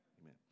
Amen